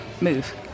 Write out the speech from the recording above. move